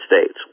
States